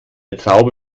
traube